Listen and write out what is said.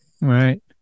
Right